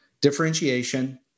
differentiation